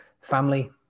family